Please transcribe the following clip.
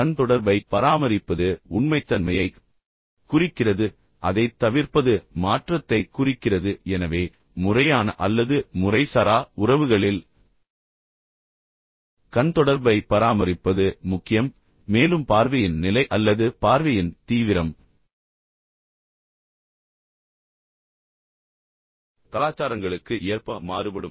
கண் தொடர்பைப் பராமரிப்பது உண்மைத்தன்மையைக் குறிக்கிறது அதைத் தவிர்ப்பது மாற்றத்தைக் குறிக்கிறது எனவே முறையான அல்லது முறைசாரா உறவுகளில் கண் தொடர்பை பராமரிப்பது முக்கியம் மேலும் பார்வையின் நிலை அல்லது பார்வையின் தீவிரம் கலாச்சாரங்களுக்கு ஏற்ப மாறுபடும்